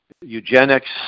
eugenics